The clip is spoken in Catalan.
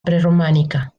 preromànica